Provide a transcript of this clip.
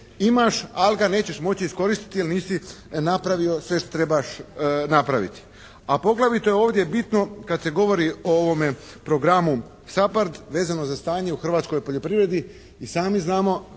imaš ali ga nećeš moći iskoristiti jer nisi napravio sve što trebaš napraviti. A poglavito je ovdje bitno kad se govorio o ovome programu SAPARD vezano za stanje u hrvatskoj poljoprivredi, i sami znamo